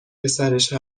پسرش